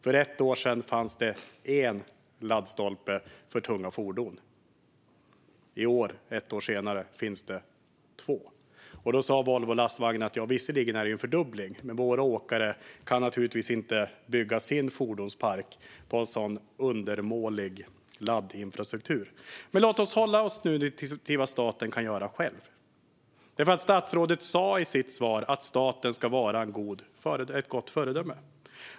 För ett år sedan fanns det en laddstolpe för tunga fordon. I år, ett år senare, finns det två. Volvo Lastvagnar sa: Ja, visserligen är det en fördubbling, men våra åkare kan naturligtvis inte bygga sin fordonspark utifrån en så undermålig laddinfrastruktur. Men låt oss nu hålla oss till vad staten kan göra själv, för statsrådet sa i sitt svar att staten ska vara ett gott föredöme.